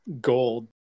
gold